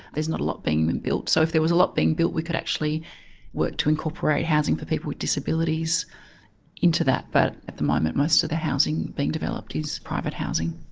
there's not a lot being and and built. so if there was a lot being built we could actually work to incorporate housing for people with disabilities into that, but at the moment most of the housing being developed is private housing.